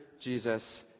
Jesus